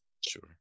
Sure